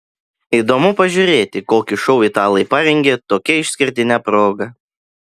įdomu pažiūrėti kokį šou italai parengė tokia išskirtine proga